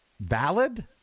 valid